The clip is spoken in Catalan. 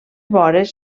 vores